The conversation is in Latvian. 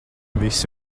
visi